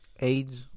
Age